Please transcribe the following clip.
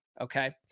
Okay